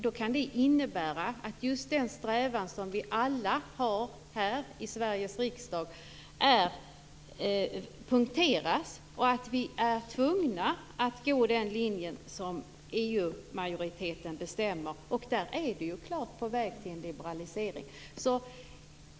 Det kan nämligen innebära att just den strävan vi alla har här i Sveriges riksdag punkteras. Vi blir då tvungna att gå den linje som EU-majoriteten bestämmer, och där är man klart på väg mot en liberalisering.